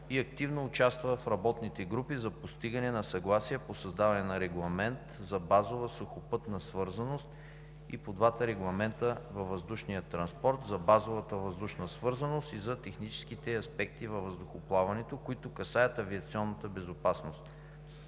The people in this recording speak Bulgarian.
и активно участва в работните групи за постигане на съгласие по създаване на Регламент за базовата сухопътна свързаност и по два регламента във въздушния транспорт – за базовата въздушна свързаност и за техническите аспекти във въздухоплаването, които касаят авиационната безопасност.